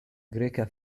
greka